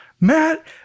matt